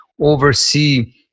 oversee